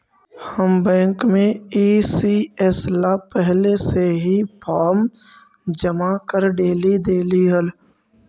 हम बैंक में ई.सी.एस ला पहले से ही फॉर्म जमा कर डेली देली हल